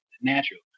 natural